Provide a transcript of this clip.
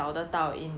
mm mm